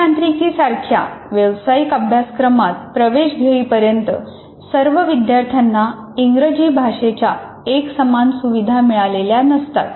अभियांत्रिकी सारख्या व्यवसायिक अभ्यासक्रमात प्रवेश घेईपर्यंत सर्व विद्यार्थ्यांना इंग्रजी भाषेच्या एकसमान सुविधा मिळालेल्या नसतात